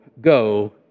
go